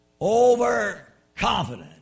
Overconfident